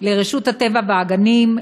לרשות הטבע והגנים,